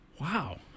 Wow